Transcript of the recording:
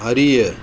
அறிய